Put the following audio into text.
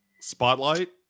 Spotlight